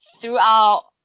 throughout